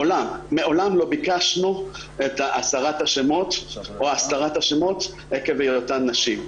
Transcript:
מעולם לא ביקשנו את הסרת השמות או הסתרת השמות עקב היותן נשים.